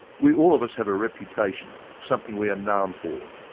we all of us have a reputation, something we are known for,